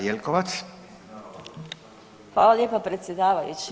Hvala lijepa predsjedavajući.